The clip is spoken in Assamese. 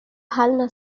ভাল